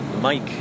Mike